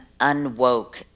unwoke